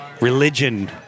religion